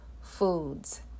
foods